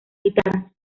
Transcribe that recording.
guitarra